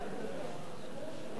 אם